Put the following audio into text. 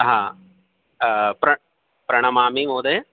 अहा प्रण प्रणमामि महोदय